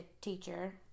teacher